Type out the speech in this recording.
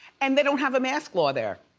and they don't have a mask law there.